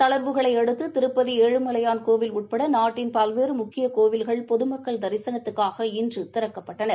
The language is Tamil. தளா்வுகளை அடுத்து திருப்பதி ஏழுமாலையான் கோவில் உட்பட நாட்டின் பலவேறு முக்கிய கோவில்கள் பொதுமக்கள் தரிசனத்துக்காக இன்று திறக்கப்பட்டன